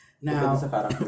Now